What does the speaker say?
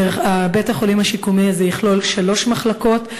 בית-החולים השיקומי הזה יכלול שלוש מחלקות.